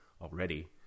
already